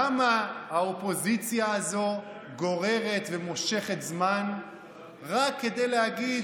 למה האופוזיציה הזו גוררת ומושכת זמן רק כדי להגיד,